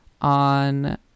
on